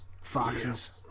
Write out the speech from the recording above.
foxes